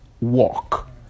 walk